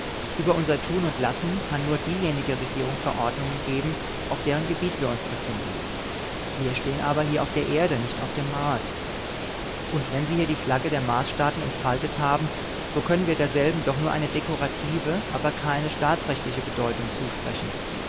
über unser tun und lassen kann nur diejenige regierung verordnungen geben auf deren gebiet wir uns befinden wir stehen aber hier auf der erde nicht auf dem mars und wenn sie hier die flagge der marsstaaten entfaltet haben so können wir derselben doch nur eine dekorative aber keine staatsrechtliche bedeutung zusprechen